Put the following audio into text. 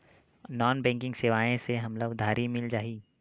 Non banking सेवाएं से हमला उधारी मिल जाहि?